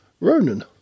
Ronan